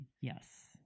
Yes